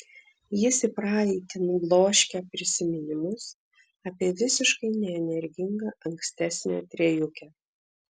jis į praeitį nubloškia prisiminimus apie visiškai neenergingą ankstesnę trejukę